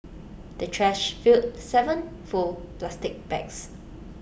the trash filled Seven full plastic bags